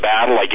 battle